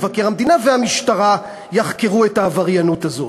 מבקר המדינה והמשטרה יחקרו את העבריינות הזאת.